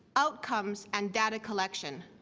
outcomes and data collection.